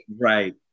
Right